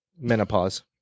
Menopause